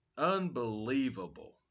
unbelievable